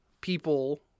people